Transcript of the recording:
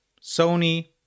Sony